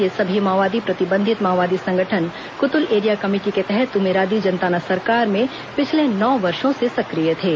ये सभी माओवादी प्रतिबंधित माओवादी संगठन कुतुल एरिया कमेटी के तहत तुमेरादि जनताना सरकार में पिछले नौ वर्षों से सक्रिय थे